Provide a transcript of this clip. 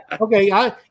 Okay